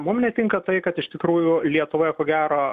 mum netinka tai kad iš tikrųjų lietuvoje ko gero